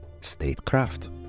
statecraft